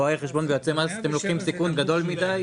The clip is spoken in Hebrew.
אומרים לנו כל רואי החשבון ויועצי המס שאנחנו לוקחים סיכון גדול מדי.